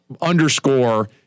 underscore